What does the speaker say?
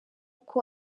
uko